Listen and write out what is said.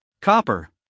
copper